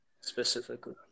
Specifically